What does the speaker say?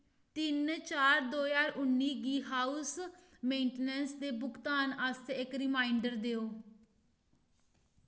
तिन चार दो ज्हार उन्नी गी हाउस मेंटेनैंस दे भुगतान आस्तै इक रिमाइंडर देओ